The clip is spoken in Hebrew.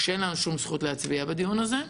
כשאין לנו שום זכות להצביע בדיון הזה.